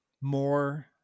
more